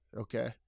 Okay